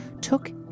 took